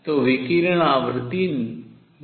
तो विकिरण आवृत्ति है